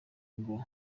ngo